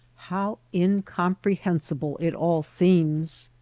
how incomprehensible it all seems!